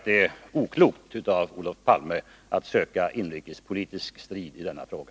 Det är oklokt av Olof Palme att söka inrikespolitisk strid i denna fråga.